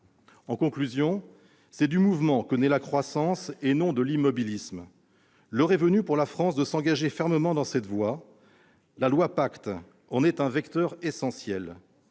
En conclusion, c'est du mouvement que naît la croissance, et non de l'immobilisme. L'heure est venue pour la France de s'engager fermement dans cette voie. Le projet de loi Pacte en est un vecteur essentiel,